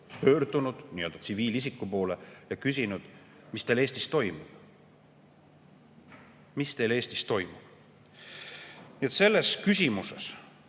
pöördunud, nii-öelda tsiviilisiku poole, ja küsinud: mis teil Eestis toimub? Mis teil Eestis toimub?!Nii et selles küsimuses,